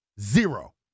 Zero